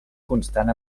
constant